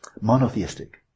monotheistic